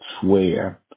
swear